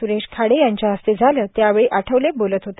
स्रेश खाडे यांच्या हस्ते झालं त्यावेळी आठवले बोलत होते